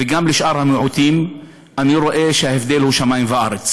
וגם שאר המיעוטים, אני רואה שההבדל הוא שמים וארץ